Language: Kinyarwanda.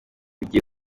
igiye